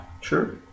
Sure